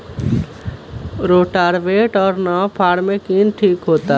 Rotavator और नौ फ़ार में कौन ठीक होतै?